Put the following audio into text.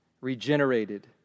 regenerated